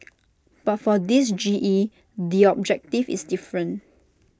but for this G E the objective is different